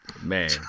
Man